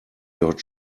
your